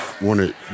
wanted